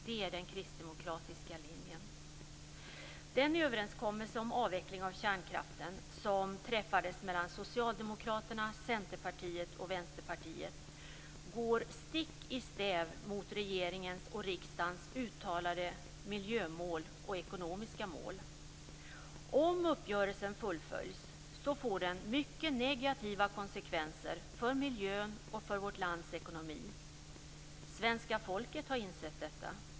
Det är den kristdemokratiska linjen. Centerpartiet och Vänsterpartiet går stick i stäv mot regeringens och riksdagens uttalade miljömål och ekonomiska mål. Om uppgörelsen fullföljs får den mycket negativa konsekvenser för miljön och för vårt lands ekonomi. Svenska folket har insett detta.